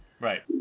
Right